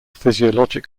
physiologic